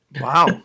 Wow